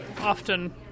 Often